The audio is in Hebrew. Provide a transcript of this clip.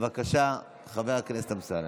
בבקשה, חבר הכנסת אמסלם.